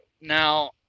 Now